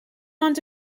ond